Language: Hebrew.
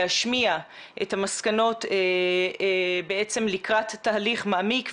להשמיע את המסקנות בעצם לקראת תהליך מעמיק ויסודי,